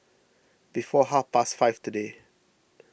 before half past five today